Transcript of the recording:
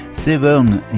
Seven